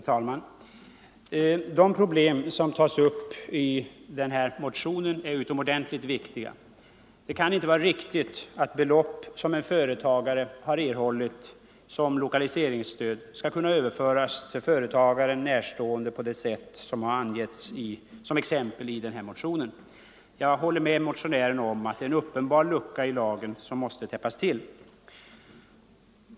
Herr talman! De problem som tas upp i den här motionen är utomordentligt viktiga. Det kan inte vara riktigt att belopp som en företagare har erhållit som lokaliseringsstöd skall kunna överföras till företagaren närstående personer på det sätt som angivits med exempel i motionen. Jag håller med motionären om att det är en uppenbar lucka i lagen, som måste täppas till.